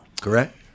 correct